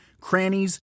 crannies